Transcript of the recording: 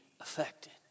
affected